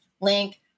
link